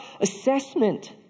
assessment